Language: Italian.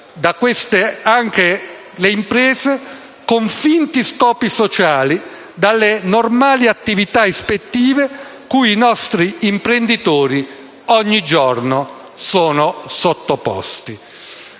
escludere anche le imprese con finti scopi sociali dalle normali attività ispettive, cui i nostri imprenditori sono ogni giorno sottoposti.